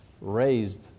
raised